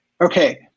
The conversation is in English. Okay